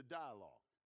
dialogue